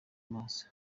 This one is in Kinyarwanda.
maso